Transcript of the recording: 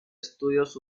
estudios